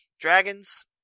Dragons